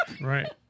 right